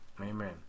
Amen